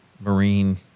marine